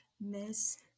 miss